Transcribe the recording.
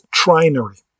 trinary